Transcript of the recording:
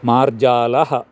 मार्जालः